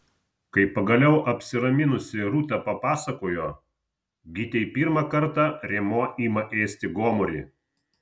kai pagaliau apsiraminusi rūta papasakojo gytei pirmą kartą rėmuo ima ėsti gomurį